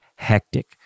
hectic